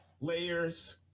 layers